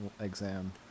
exam